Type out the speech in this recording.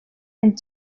and